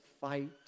fight